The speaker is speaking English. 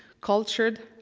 cultured,